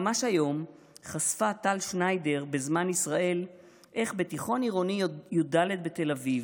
ממש היום חשפה טל שניידר בזמן ישראל איך בתיכון עירוני י"ד בתל אביב,